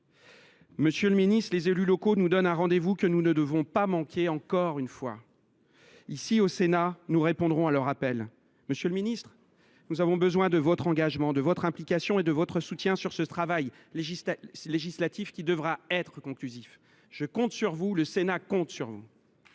Monsieur le ministre, les élus locaux nous donnent un rendez vous et nous ne devons pas le manquer une nouvelle fois. Ici, au Sénat, nous répondrons à leur appel. Nous avons besoin de votre engagement, de votre implication et de votre soutien pour ce travail législatif, qui devra être conclusif. Je compte sur vous ; le Sénat compte sur vous